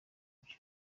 byo